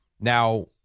Now